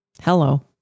Hello